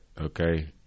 okay